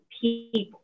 people